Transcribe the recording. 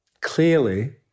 clearly